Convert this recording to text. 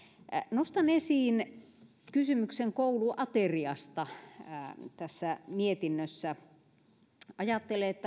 nostan esiin kysymyksen kouluateriasta tässä mietinnössä ajattelen että